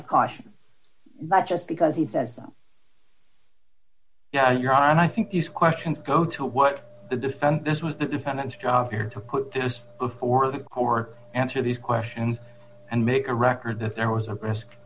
of caution but just because he says yeah you're on i think these questions go to what the defense this was the defendant's job here to put this before the hour answer these questions and make a record that there was a risk